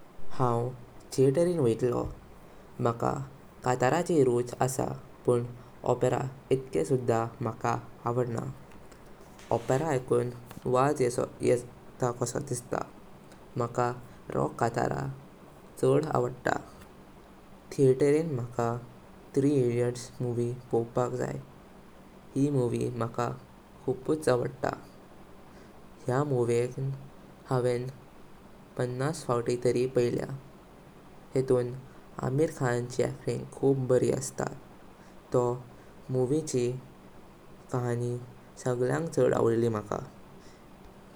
हांव थिएटरिन वायत्तलो। माका कट्ताराची रुच आसा पूर्ण ऑपेरा इतकी सुद्दा माका आवडना।